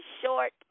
short